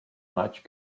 much